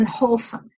unwholesome